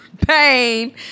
Pain